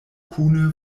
kune